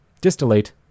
distillate